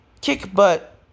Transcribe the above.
kick-butt